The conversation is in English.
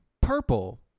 purple